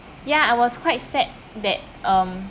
ya I was quite sad that um